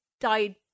died